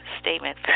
Statement